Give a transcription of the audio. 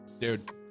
dude